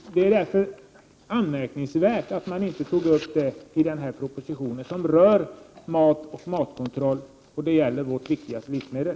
Det är därför anmärkningsvärt att man inte tog upp detta i propositionen som behandlar livsmedelskontroll. Det gäller ju faktiskt vårt viktigaste livsmedel.